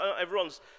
everyone's